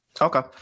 Okay